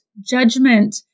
judgment